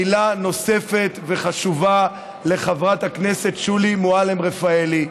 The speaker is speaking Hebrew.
מילה נוספת וחשובה לחברת הכנסת שולי מועלם-רפאלי,